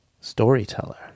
storyteller